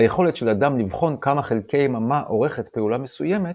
היכולת של אדם לבחון כמה חלקי-יממה אורכת פעולה מסוימת,